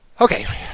Okay